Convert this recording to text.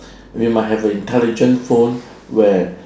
we might have a intelligent phone where